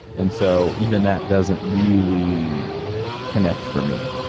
and so, even that doesn't really connect for me.